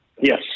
Yes